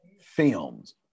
films